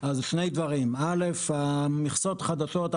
המכסות חדשות,